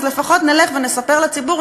לפחות נלך ונספר לציבור,